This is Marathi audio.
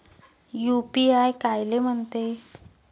यू.पी.आय कायले म्हनते?